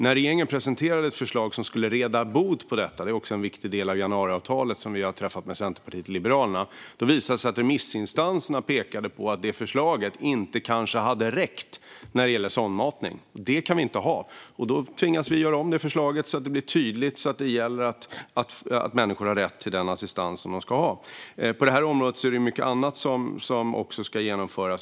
När regeringen presenterade ett förslag som skulle råda bot på detta - det är också en viktig del av januariavtalet som vi har träffat med Centerpartiet och Liberalerna - visade det sig att remissinstanserna pekade på att detta förslag kanske inte hade räckt när det gäller sondmatning. Så kan vi inte ha det, och då tvingas vi göra om förslaget så att det blir tydligt och ger människor rätt till den assistans som de ska ha. På det här området finns även mycket annat som ska genomföras.